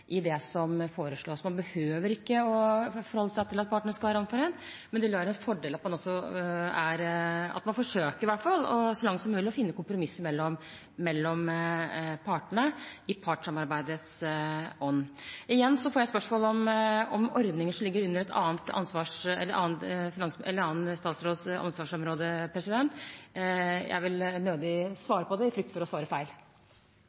det er i hvert fall en fordel at man forsøker så langt som mulig å finne kompromisser mellom partene i partssamarbeidets ånd. Igjen får jeg spørsmål om ordninger som ligger under en annen statsråds ansvarsområde. Jeg vil nødig svare på det, i frykt for å svare feil. Vi går videre til neste hovedspørsmål. Vi får